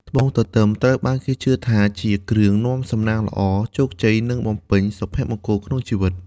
ត្បូងទទឹមត្រូវបានគេជឿថាជាគ្រឿងនាំសំណាងល្អ ជោគជ័យ និងបំពេញសុភមង្គលក្នុងជីវិត។